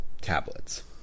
tablets